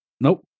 Nope